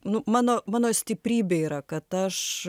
nu mano mano stiprybė yra kad aš